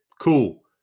Cool